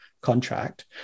contract